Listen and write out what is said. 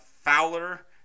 Fowler